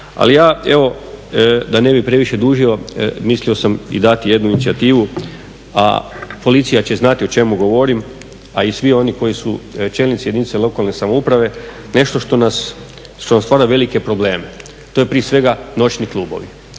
Ali ja evo da ne bih previše dužio mislio sam dati jednu inicijativu, a policija će znati o čemu govorim, a i svi oni koji su čelnici jedinice lokalne samouprave nešto što nam stvara velike probleme, to su prije svega noćni klubovi.